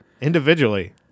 Individually